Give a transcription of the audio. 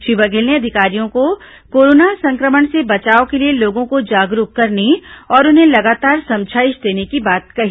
श्री बघेल ने अधिकारियों को कोरोना संक्रमण से बचाव के लिए लोगों को जागरूक करने और उन्हें लगातार समझाइश देने की बात कही